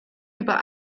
über